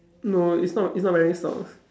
no he's not he's not wearing socks